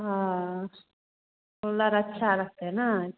हाँ कूलर अच्छा रखते हैं ना